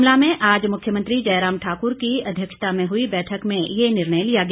शिमला में आज मुख्यमंत्री जयराम ठाक्र की अध्यक्षता में हुई बैठक में यह निर्णय लिया गया